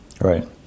Right